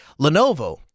Lenovo